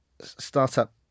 startup